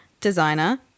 designer